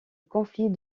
conflit